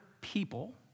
people